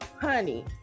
honey